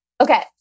Okay